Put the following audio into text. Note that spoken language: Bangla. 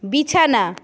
বিছানা